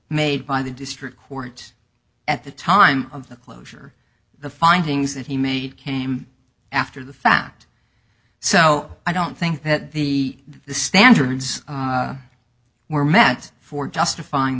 made by the district court at the time of the closure the findings that he made came after the fact so i don't think that the the standards were met for justifying